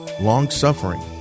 long-suffering